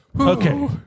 Okay